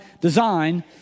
design